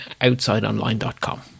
outsideonline.com